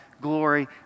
glory